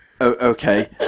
okay